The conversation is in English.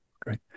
Great